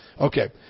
Okay